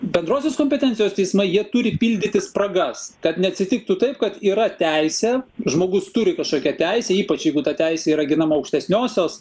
bendrosios kompetencijos teismai jie turi pildyti spragas kad neatsitiktų taip kad yra teisė žmogus turi kažkokią teisę ypač jeigu ta teisė yra ginama aukštesniosios